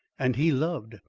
and he loved,